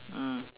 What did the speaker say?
mm